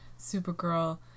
Supergirl